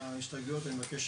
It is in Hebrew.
מההסתייגויות אני מבקש